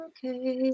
Okay